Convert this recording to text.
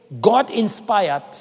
God-inspired